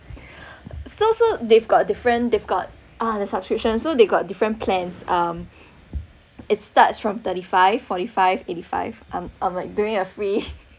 so so they've got different they've got uh the subscription so they got different plans um it starts from thirty five forty five eighty five um I'm like doing a free